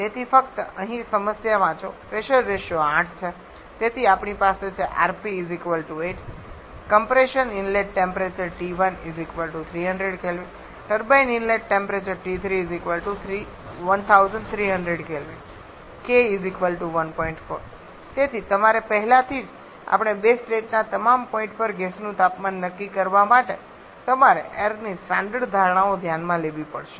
તેથી ફક્ત અહીં સમસ્યા વાંચો પ્રેશર રેશિયો 8 છે તેથી આપણી પાસે છે તેથી તમારે પહેલાથી જ આપેલા બે સ્ટેટનાં તમામ પોઈન્ટ પર ગેસનું તાપમાન નક્કી કરવા માટે તમારે એઈરની સ્ટાન્ડર્ડ ધારણાઓ ધ્યાનમાં લેવી પડશે